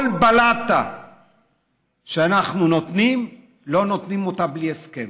כל בלטה שאנחנו נותנים, לא נותנים אותה בלי הסכם.